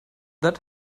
that